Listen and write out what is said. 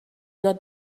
not